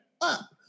up